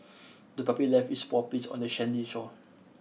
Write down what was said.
the puppy left its paw prints on the sandy shore